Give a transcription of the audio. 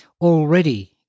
already